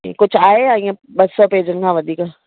कुझु आहे या हीअं ॿ सौ पेजनि खां वधीक